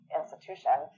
institution